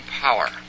power